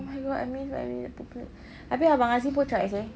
oh my god I miss my winnie the pooh plate habis abang azee pun tried seh